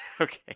Okay